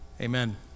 Amen